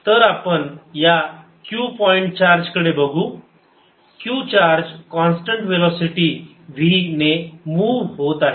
तर आपण या q पॉईंट चार्ज कडे बघू या q charge constant velocity v ने मूव्ह होत आहे